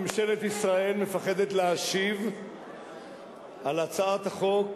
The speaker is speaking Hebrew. למה ממשלת ישראל מפחדת להשיב על הצעת החוק